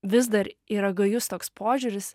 vis dar yra gajus toks požiūris